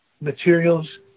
materials